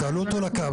תעלו אותו על הקו,